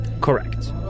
Correct